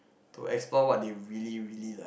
to explore what they really really like